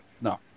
no